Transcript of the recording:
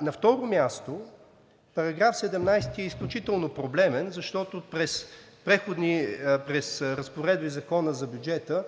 На второ място, § 17 е изключително проблемен, защото през разпоредби в Закона за бюджета